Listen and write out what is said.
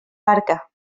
barca